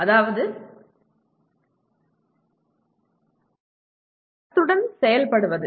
அதாவது தரத்துடன் செயல்படுவது